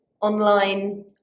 online